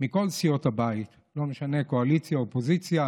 מכל סיעות הבית, לא משנה קואליציה, אופוזיציה,